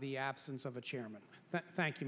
the absence of a chairman thank you